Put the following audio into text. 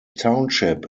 township